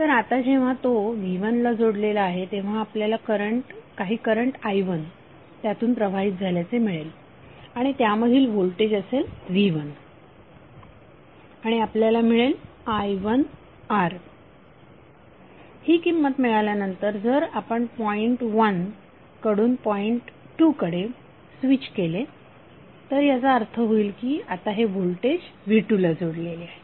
तर आता जेव्हा तो V1ला जोडलेला आहे तेव्हा आपल्याला काही करंट i1 त्यातून प्रवाहित झाल्याचे मिळेल आणि त्यामधील व्होल्टेज असेल V1आणि आपल्याला मिळेल i1R ही किंमत मिळाल्यानंतर जर आपण पॉईंट 1 कडून पॉईंट 2 कडे स्वीच केले तर त्याचा अर्थ होईल की आता हे व्होल्टेजV2ला जोडलेले आहे